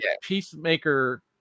Peacemaker